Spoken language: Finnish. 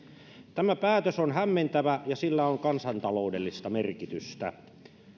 tämä päätös on hämmentävä ja sillä on kansantaloudellista merkitystä